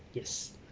yes